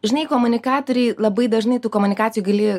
žinai komunikatoriui labai dažnai tų komunikacijoj gali